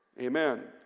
Amen